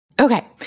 Okay